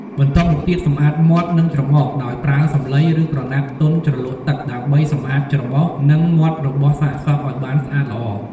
បន្ទាប់មកទៀតសម្អាតមាត់ និងច្រមុះ ដោយប្រើសំឡី ឬក្រណាត់ទន់ជ្រលក់ទឹក ដើម្បីសម្អាតច្រមុះ និងមាត់របស់សាកសពឲ្យបានស្អាតល្អ។